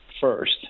first